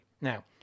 Now